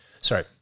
Sorry